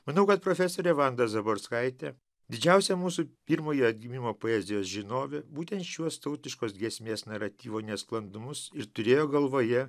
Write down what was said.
manau kad profesorė vanda zaborskaitė didžiausia mūsų pirmojo atgimimo poezijos žinovė būtent šiuos tautiškos giesmės naratyvo nesklandumus ir turėjo galvoje